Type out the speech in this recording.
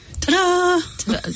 ta-da